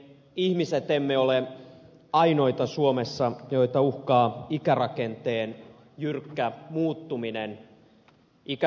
me ihmiset emme ole ainoita suomessa joita uhkaa ikärakenteen jyrkkä muuttuminen